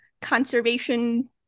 conservation